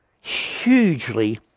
Hugely